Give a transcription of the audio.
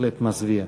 בהחלט מזוויע.